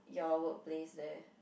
your workplace there